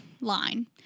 Line